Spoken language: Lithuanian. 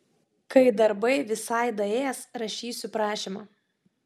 kai darbai visai daės rašysiu prašymą